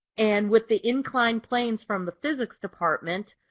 and with the inclined plans from the physics department,